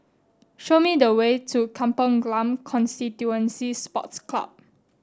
show me the way to Kampong Glam Constituency Sports Club